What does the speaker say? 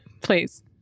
Please